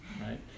right